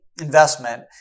investment